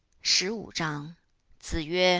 shi wu zhang zi yue,